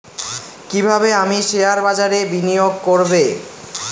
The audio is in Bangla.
কিভাবে আমি শেয়ারবাজারে বিনিয়োগ করবে?